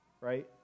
right